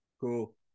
Cool